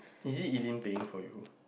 is it Elaine paying for you